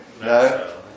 No